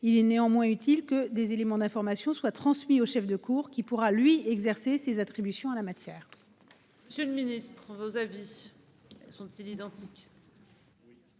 Il est néanmoins utile que des éléments d'information soit transmis aux chefs de cour qui pourra lui exercer ses attributions en la matière.